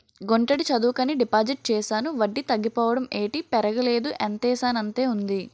గుంటడి చదువుకని డిపాజిట్ చేశాను వడ్డీ తగ్గిపోవడం ఏటి పెరగలేదు ఎంతేసానంతే ఉంది